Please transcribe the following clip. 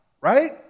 right